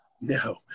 no